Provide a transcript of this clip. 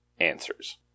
answers